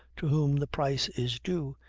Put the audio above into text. to whom the price is due,